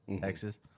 Texas